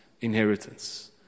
inheritance